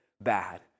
bad